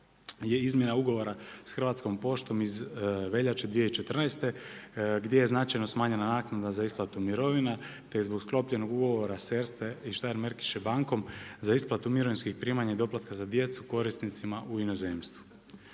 izmjena ugovora s Hrvatskom poštom iz veljače 2014. gdje je značajno smanjena naknada za isplatu mirovina te je zbog sklopljenog ugovora s Erste i Steirmerkische bankom za isplatu mirovinskih primanja i doplatka za djecu korisnicima u inozemstvu.